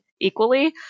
equally